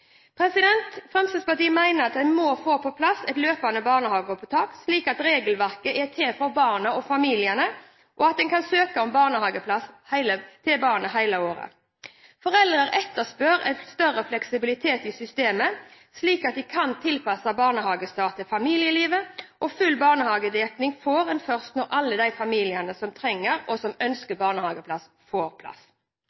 år. Fremskrittspartiet mener at en må få på plass et løpende barnehageopptak, slik at regelverket er til for barna og familiene, og at en kan søke om barnehageplass til barnet hele året. Foreldre etterspør større fleksibilitet i systemet, slik at de kan tilpasse barnehagestart til familielivet. Full barnehagedekning får en først når alle de familiene som trenger og ønsker